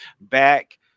back